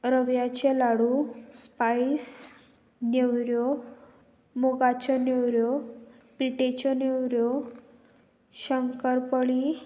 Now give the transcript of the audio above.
रव्याचे लाडू पायस नेवऱ्यो मुगाच्यो नेवऱ्यो पिटेच्यो नेवऱ्यो शंकर पाळी